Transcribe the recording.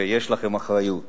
ויש לכם אחריות